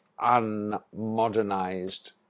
unmodernized